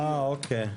אוקיי.